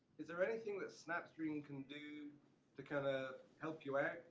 is there anything that snapstream can do to kind of help you out.